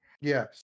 yes